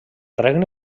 regne